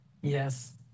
Yes